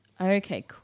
Okay